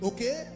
Okay